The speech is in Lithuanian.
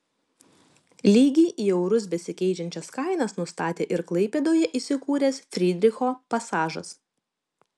lygiai į eurus besikeičiančias kainas nustatė ir klaipėdoje įsikūręs frydricho pasažas